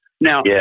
Now